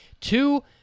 two